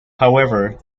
however